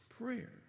prayer